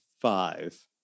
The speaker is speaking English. five